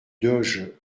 doge